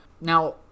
Now